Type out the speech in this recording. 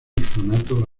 orfanato